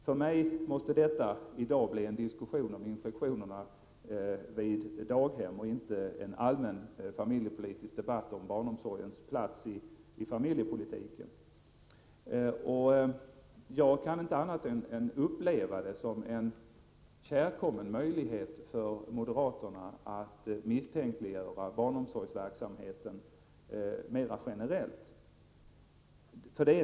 För mig måste det i dag vara en debatt om infektionerna på daghem och inte en allmän familjepolitisk debatt om barnomsorgens plats i familjepolitiken. Jag kan inte annat än uppleva Göte Jonssons inlägg som en kärkommen möjlighet för moderaterna att misstänkliggöra barnomsorgsverksamheten mera generellt.